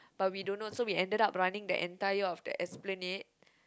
but we don't know so we ended up running the entire of the Esplanade